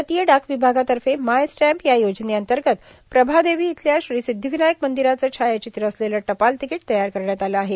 भारतीय डाक विभागातर्फे माय स्टॅम्प या योजनेअंतर्गत प्रभादेवी इथल्या श्री सिद्धिविनायक मंदिराचं छायाचित्र असलेलं टपाल तिकीट तयार करण्यात आलं आहे